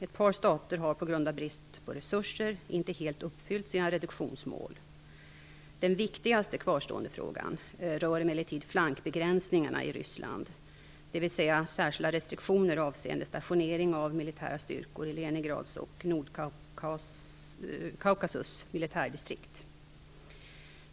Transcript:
Ett par stater har, på grund av brist på resurser, inte helt uppfyllt sina reduktionsmål. Den viktigaste kvarstående frågan rör emellertid flankbegränsningarna i Ryssland, dvs. särskilda restriktioner avseende stationering av militära styrkor i Leningrads och Nordkaukasus militärdistrikt.